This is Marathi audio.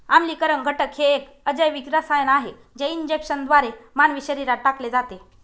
आम्लीकरण घटक हे एक अजैविक रसायन आहे जे इंजेक्शनद्वारे मानवी शरीरात टाकले जाते